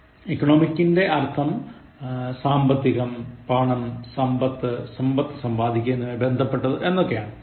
Economicൻറെ അർത്ഥം സാമ്പത്തികം പണം സമ്പത്ത് സമ്പത്ത് സമ്പാദിക്കൂക എന്നിവയുമായി ബന്ധപ്പെട്ടത് എന്നൊക്കെയാണ്